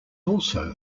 also